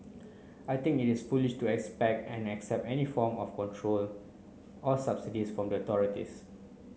I think it is foolish to expect and accept any form of control or subsidies from the authorities